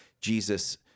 Jesus